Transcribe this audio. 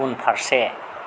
उनफारसे